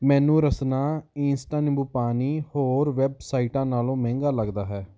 ਮੈਨੂੰ ਰਸਨਾ ਇੰਸਟਾ ਨਿੰਬੂ ਪਾਣੀ ਹੋਰ ਵੈੱਬਸਾਈਟਾਂ ਨਾਲੋਂ ਮਹਿੰਗਾ ਲੱਗਦਾ ਹੈ